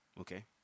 okay